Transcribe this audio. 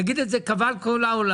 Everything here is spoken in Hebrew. נגיד את קבל כל העולם.